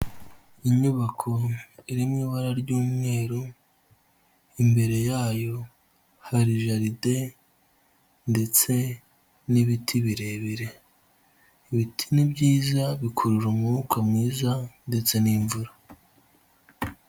Inyubako iri mu ibara ry'umweru imbere yayo hari jaride ndetse n'ibiti birebire, ibiti ni byiza bikurura umwuka mwiza ndetse n'imvura.